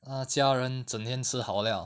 ah 家人整天吃好料